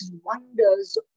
wonders